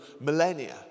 millennia